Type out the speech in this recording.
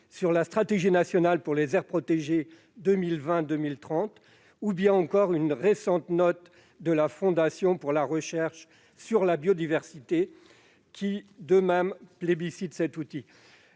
sur la « Stratégie nationale pour les aires protégées 2030 », ou encore une récente note de la Fondation pour la recherche sur la biodiversité, laquelle plébiscite également